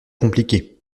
compliqué